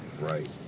Right